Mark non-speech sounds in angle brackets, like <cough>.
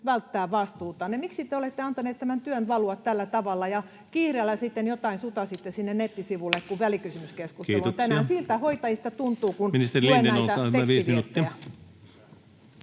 välttää vastuutanne. Miksi te olette antaneet tämän työn valua tällä tavalla ja kiireellä sitten jotain sutaisitte sinne nettisivulle, <noise> kun välikysymyskeskustelu on tänään? Siltä hoitajista tuntuu, kun luen näitä tekstiviestejä.